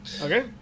Okay